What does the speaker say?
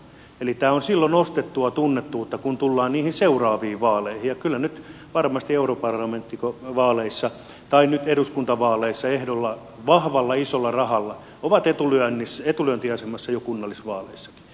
eli tämä on silloin ostettua tunnettuutta kun tullaan niihin seuraaviin vaaleihin ja kyllä nyt varmasti europarlamenttivaaleissa tai nyt eduskuntavaaleissa vahvalla isolla rahalla ehdolla olevat ovat etulyöntiasemassa jo kunnallisvaaleissakin